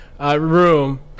room